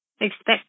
expect